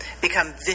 become